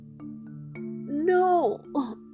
No